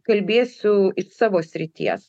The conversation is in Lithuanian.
kalbėsiu iš savo srities